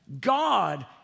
God